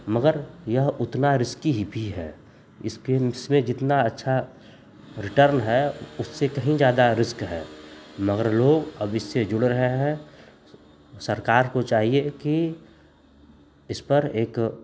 मगर यह उतना रिस्की भी है इसके उसमें जितना अच्छा रिटर्न है उससे कहीं ज़्यादा रिस्क है मगर लोग अब इससे जुड़ रहे हैं सरकार को चाहिए की इस पर एक